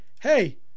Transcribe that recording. hey